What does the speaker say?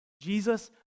Jesus